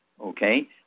okay